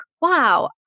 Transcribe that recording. wow